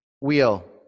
Wheel